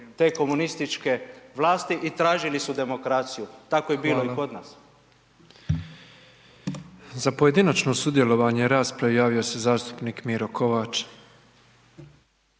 te komunističke vlasti i tražili su demokraciju. Tako je bilo i kod nas. **Petrov, Božo (MOST)** Hvala. Za pojedinačno sudjelovanje u raspravi javio se zastupnik Miro Kovač.